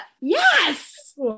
yes